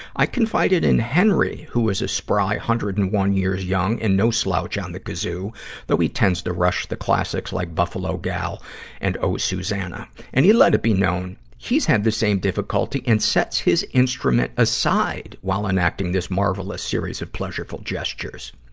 i confided in henry, who is a spry one hundred and one years young and no slouch on the kazoo though he tends to rush the classics like, buffalo gal and oh, susanna and he let it be known he's had the same difficulty and sets his instrument aside while enacting this marvelous series of pleasureful gestures.